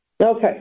Okay